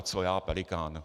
Co já, Pelikán.